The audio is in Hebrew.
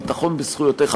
ביטחון בזכויותיך,